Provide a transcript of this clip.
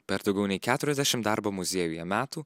per daugiau nei keturiasdešim darbo muziejuje metų